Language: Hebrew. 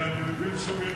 שאני מבין שמירי,